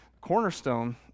Cornerstone